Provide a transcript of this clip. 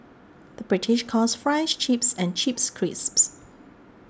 the British calls Fries Chips and Chips Crisps